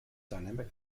dynamic